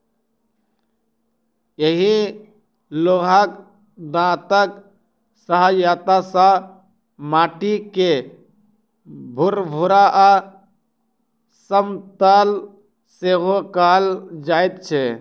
एहि लोहाक दाँतक सहायता सॅ माटि के भूरभूरा आ समतल सेहो कयल जाइत छै